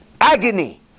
Agony